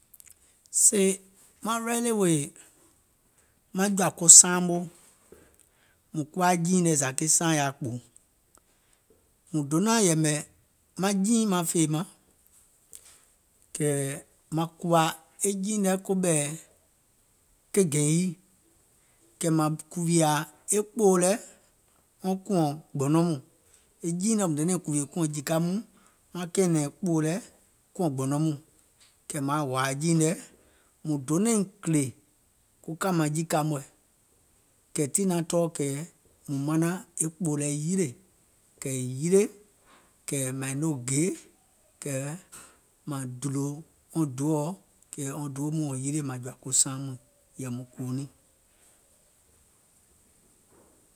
Sèè maŋ ready wèè maŋ jɔ̀ȧ ko saaŋ moo mùŋ kuwa jìiŋ nɛ̀ tiŋ zȧ ke saaȧŋ yaȧ kpɔ̀ɔ̀, mùŋ donȧŋ yɛ̀mɛ̀ maŋ jìiìŋ maŋ fèemȧŋ, kɛ̀ mȧŋ kùwȧ e jìiìŋ nɛ̀ koɓɛ̀ ke gɛ̀ɛ̀ŋ yii kɛ̀ mȧŋ kùwìà e kpɔ̀ɔ̀ lɛ wɔŋ kùȧŋ gbɔnɔŋ mɔɔ̀ŋ, e jìiìŋ nɛ doiŋ nȧŋ kùwìè kùȧŋ jìka mɔɔ̀ŋ, maŋ kɛ̀ɛ̀nɛ̀ŋ kpɔ̀ɔ̀ lɛ kùȧŋ gbɔnɔŋ mɔɔ̀ŋ, kɛ̀ mȧaŋ hòȧ jìiìŋ nɛ, mùŋ donȧiŋ kìlè kùȧŋ jìka mɔɔ̀ŋ, kɛ̀ tiŋ naŋ tɔɔ̀ kɛ̀ mùŋ manaŋ kpɔ̀ɔ̀ lɛ yilè, kɛ̀ è yilè, kɛ̀ mȧiŋ noo gè, kɛ̀ mȧŋ dùlò wɔŋ doòɔ kɛ̀ wɔŋ doò mɔɔ̀ŋ wɔ̀ŋ yilè mȧŋ jɔ̀ȧ ko saaŋ muìŋ, yɛ̀ì mùŋ kùwò niìŋ.